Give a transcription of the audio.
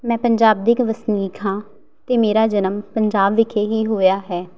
ਮੈਂ ਪੰਜਾਬ ਦੀ ਇੱਕ ਵਸਨੀਕ ਹਾਂ ਅਤੇ ਮੇਰਾ ਜਨਮ ਪੰਜਾਬ ਵਿਖੇ ਹੀ ਹੋਇਆ ਹੈ